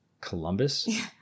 Columbus